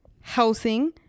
housing